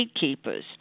gatekeepers